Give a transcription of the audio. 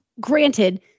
granted